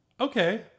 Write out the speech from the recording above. okay